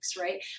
Right